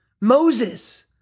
Moses